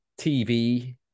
TV